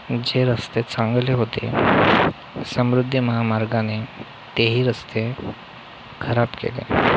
जे रस्ते चांगले होते समृद्धी महामार्गाने तेही रस्ते खराब केले